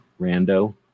rando